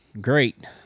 great